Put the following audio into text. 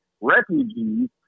refugees